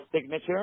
signature